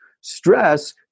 Stress